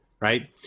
Right